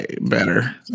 better